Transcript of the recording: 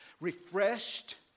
refreshed